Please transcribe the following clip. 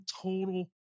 total